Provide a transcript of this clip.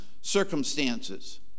circumstances